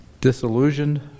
disillusioned